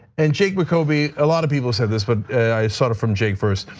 and jake mccovey, a lot of people said this but i saw it from jake first.